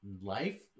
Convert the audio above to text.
life